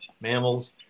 mammals